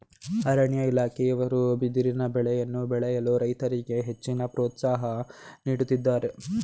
ಅರಣ್ಯ ಇಲಾಖೆಯವರು ಬಿದಿರಿನ ಬೆಳೆಯನ್ನು ಬೆಳೆಯಲು ರೈತರಿಗೆ ಹೆಚ್ಚಿನ ಪ್ರೋತ್ಸಾಹ ನೀಡುತ್ತಿದ್ದಾರೆ